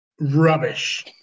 Rubbish